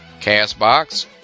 CastBox